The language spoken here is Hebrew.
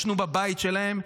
כשישנו בבית שלהם,